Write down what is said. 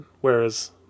whereas